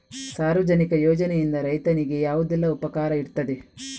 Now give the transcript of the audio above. ಸಾರ್ವಜನಿಕ ಯೋಜನೆಯಿಂದ ರೈತನಿಗೆ ಯಾವುದೆಲ್ಲ ಉಪಕಾರ ಇರ್ತದೆ?